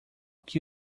que